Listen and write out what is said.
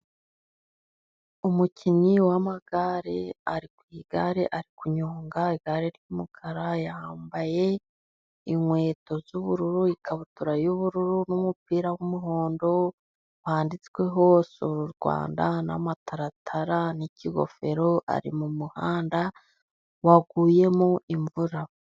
Umukinnyi w'amagare ari ku igare, ari kunyonga igare ry'umukara. Yambaye inkweto z'ubururu, ikabutura y'ubururu n'umupira w'umuhondo wanditsweho sura u Rwanda, n'amataratara n''ikigofero, ari mu muhanda waguyemo imvura.